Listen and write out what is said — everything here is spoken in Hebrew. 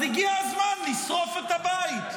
אז הגיע הזמן לשרוף את הבית.